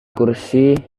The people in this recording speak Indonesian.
kursi